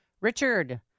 Richard